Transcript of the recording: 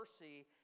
mercy